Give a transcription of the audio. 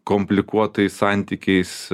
komplikuotais santykiais